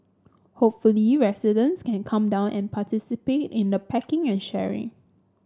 hopefully residents can come down and participate in the packing and sharing